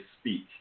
speak